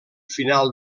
final